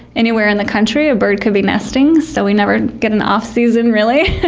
anywhere in the country, a bird could be nesting, so we never get an off-season really.